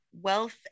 wealth